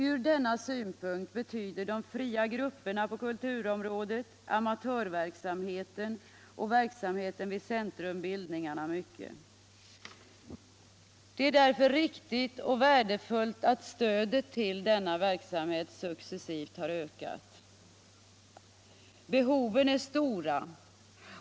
Från denna synpunkt betyder de fria grupperna på kulturområdet, amatörverksamheten och verksamheten vid centrumbildningarna, mycket. Det är därför riktigt och värdefullt att stödet till denna verksamhet successivt har ökat. Behoven är stora.